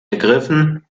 ergriffen